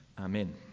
Amen